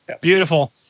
Beautiful